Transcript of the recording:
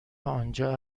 آنجا